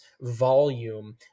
volume